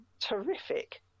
terrific